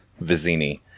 vizini